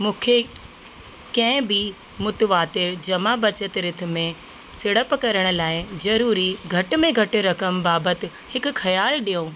मूंखे कंहिं बि मुतवातिर जमा बचत रिथ में सीड़प करण लाइ ज़रूरी घटि में घटि रकंम बाबति हिकु ख्यालु ॾियो